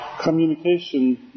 Communication